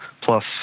plus